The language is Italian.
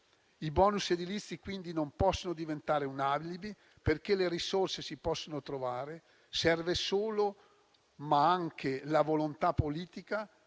I *bonus* edilizi quindi non possono diventare un alibi, perché le risorse si possono trovare; serve solo la volontà politica